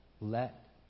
let